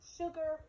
sugar